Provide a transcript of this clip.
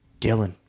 Dylan